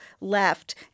left